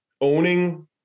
owning